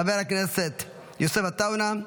חבר הכנסת יוסף עטאונה,